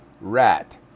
rat